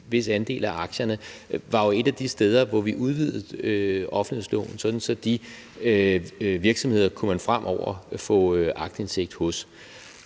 en vis andel af aktierne, jo et af de steder, hvor vi udvidede offentlighedsloven, sådan at man fremover kunne få aktindsigt hos